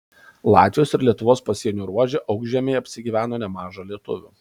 latvijos ir lietuvos pasienio ruože aukšžemėje apsigyveno nemaža lietuvių